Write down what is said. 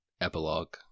epilogue